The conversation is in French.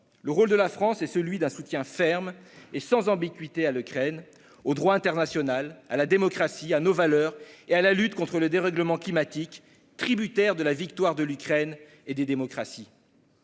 Le rôle de la France est celui d'un soutien ferme et sans ambiguïté à l'Ukraine, au droit international, à la démocratie, à nos valeurs et à la lutte contre le dérèglement climatique, tributaire de la victoire de l'Ukraine et des démocraties.